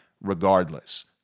regardless